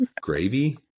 gravy